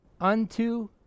unto